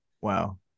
wow